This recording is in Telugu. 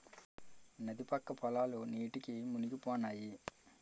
నది పక్క పొలాలు నీటికి మునిగిపోనాయి